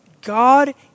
God